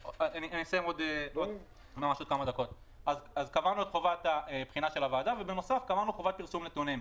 בנוסף, קבענו חובת פרסום נתונים,